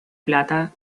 plata